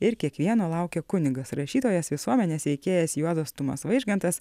ir kiekvieno laukia kunigas rašytojas visuomenės veikėjas juozas tumas vaižgantas